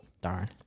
Darn